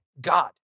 God